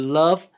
love